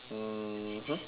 mmhmm